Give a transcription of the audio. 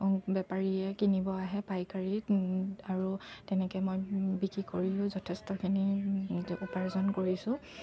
বেপাৰীয়ে কিনিব আহে পাইকাৰীত আৰু তেনেকৈ মই বিক্ৰী কৰিও যথেষ্টখিনি উপাৰ্জন কৰিছোঁ